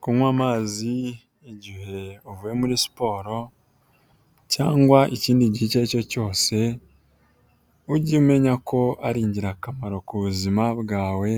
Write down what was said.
Kunywa amazi igihe uvuye muri siporo cyangwa ikindi gihe icyo ari cyo cyose, ujye umenya ko ari ingirakamaro ku buzima bwawe,